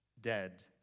dead